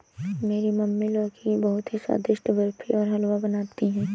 मेरी मम्मी लौकी की बहुत ही स्वादिष्ट बर्फी और हलवा बनाती है